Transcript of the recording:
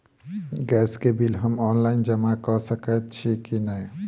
Gas केँ bill हम online जमा कऽ सकैत छी की नै?